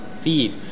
feed